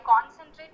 concentrate